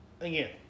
again